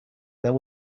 there